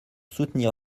soutenir